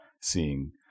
seeing